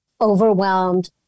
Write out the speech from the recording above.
overwhelmed